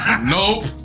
Nope